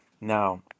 Now